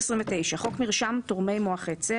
ביציות תיקון חוק 29. בחוק מרשם תורמי מוח עצם,